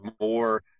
more